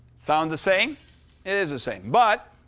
sound the same? it is the same. but